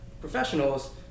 professionals